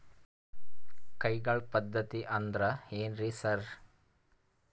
ಕೈಗಾಳ್ ಪದ್ಧತಿ ಅಂದ್ರ್ ಏನ್ರಿ ಸರ್?